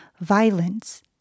violence